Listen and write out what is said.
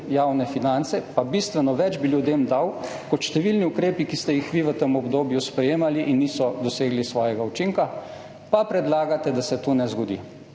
javne finance pa bistveno več bi ljudem dal kot številni ukrepi, ki ste jih vi v tem obdobju sprejemali in niso dosegli svojega učinka, pa predlagate, da se to ne zgodi.